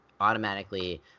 automatically